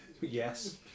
Yes